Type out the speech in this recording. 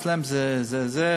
אצלם זה,